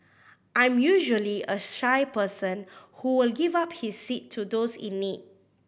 I'm usually a shy person who will give up his seat to those in need